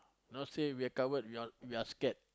now say we're coward we all we are scared